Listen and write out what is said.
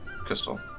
crystal